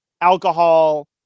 alcohol